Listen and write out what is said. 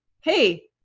hey